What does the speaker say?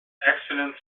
excellent